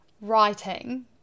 writing